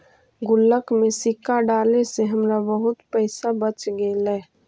गुल्लक में सिक्का डाले से हमरा बहुत पइसा बच गेले